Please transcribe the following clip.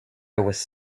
was